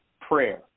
prayer